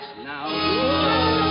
now